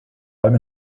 allem